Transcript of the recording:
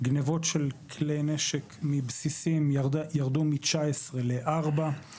גנבות של כלי נשק מבסיסים ירדו מ-19 לארבעה.